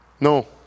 No